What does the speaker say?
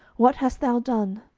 what hast thou done?